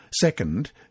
Second